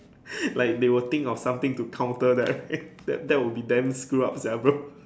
like they will think of something to counter that right that that would be damn screw up sia bro